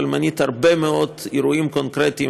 אבל מנית הרבה מאוד אירועים קונקרטיים